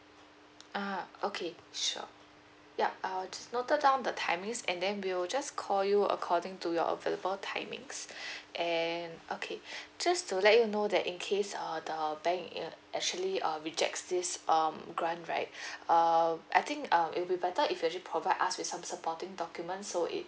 ah okay sure yup I'll just noted down the timings and then we will just call you according to your available timings and okay just to let you know that in case uh the bank it uh actually uh rejects this um grant right err I think um it'll be better if you actually provide us with some supporting documents so it